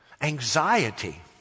Anxiety